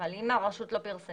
אבל אם הרשות לא פרסמה?